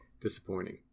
disappointing